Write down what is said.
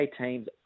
teams